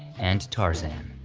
and tarzan.